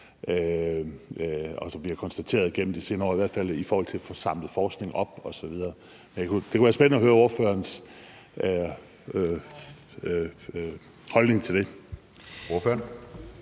og som vi har konstateret gennem de senere år, i hvert fald i forhold til at få samlet forskning op osv.? Det kunne være spændende at høre ordførerens holdning til det.